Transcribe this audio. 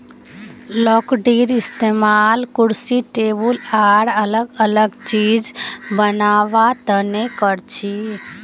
लकडीर इस्तेमाल कुर्सी टेबुल आर अलग अलग चिज बनावा तने करछी